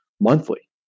monthly